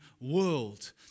world